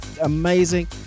amazing